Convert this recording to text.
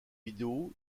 vidéos